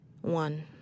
One